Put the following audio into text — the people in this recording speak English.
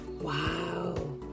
wow